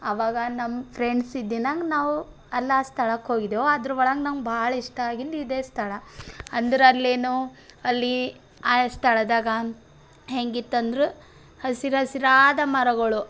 ಆವಾಗ ನಮ್ಮ ಫ್ರೆಂಡ್ಸ್ ಇದ್ದಿನ್ನಾಗ್ ನಾವು ಅಲ್ಲಿ ಆ ಸ್ಥಳಕ್ಕೆ ಹೋಗಿದ್ದೆವು ಅದರ ಒಳಗೆ ನಮಗೆ ಬಹಳ ಇಷ್ಟ ಆಗಿದ್ದು ಇದೇ ಸ್ಥಳ ಅಂದರೆ ಅಲ್ಲೇನೊ ಅಲ್ಲಿ ಆ ಸ್ಥಳದಾಗ ಹೇಗಿತ್ತಂದ್ರೆ ಹಸಿರು ಹಸಿರಾದ ಮರಗಳು